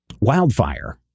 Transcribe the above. Wildfire